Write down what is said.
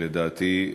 לדעתי,